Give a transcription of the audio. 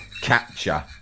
capture